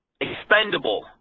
expendable